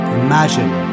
imagine